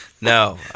No